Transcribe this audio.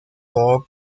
todo